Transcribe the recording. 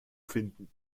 finden